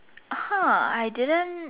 uh ha I didn't